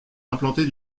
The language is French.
implanté